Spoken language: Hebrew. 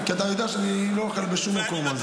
כי אתה יודע שאני לא אוכל בשום מקום.